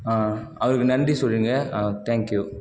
அதுக்கு நன்றி சொல்லுங்கள் தேங்க் யூ